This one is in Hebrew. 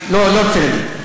מי נסע בעסקים?